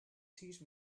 teach